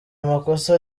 amakosa